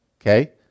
okay